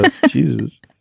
Jesus